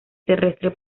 terrestre